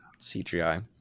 CGI